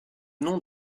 nom